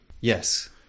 Yes